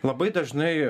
labai dažnai